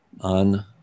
on